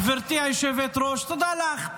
גברתי היושבת-ראש, תודה לך.